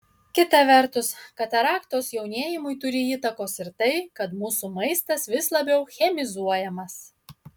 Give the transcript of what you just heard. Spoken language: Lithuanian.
kita vertus kataraktos jaunėjimui turi įtakos ir tai kad mūsų maistas vis labiau chemizuojamas